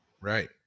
Right